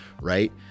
right